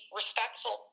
respectful